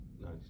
nice